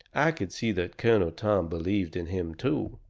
i could see that colonel tom believed in him, too.